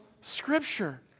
Scripture